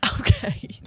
Okay